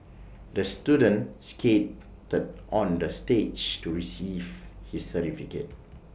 the student skated the stage to receive his certificate